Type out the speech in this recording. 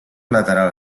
lateral